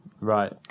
Right